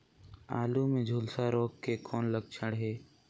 आलू मे झुलसा रोग के कौन लक्षण हे?